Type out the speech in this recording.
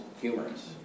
humorous